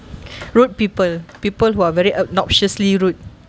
rude people people who are very obnoxiously rude